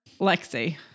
Lexi